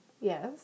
Yes